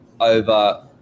over